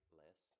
less